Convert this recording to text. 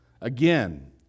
Again